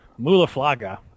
Mulaflaga